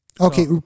Okay